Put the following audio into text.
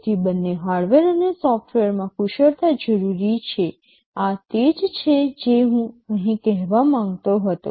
તેથી બંને હાર્ડવેર અને સોફ્ટવેરમાં કુશળતા જરૂરી છે આ તે જ છે જે હું અહીં કહેવા માંગતો હતો